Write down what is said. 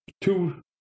two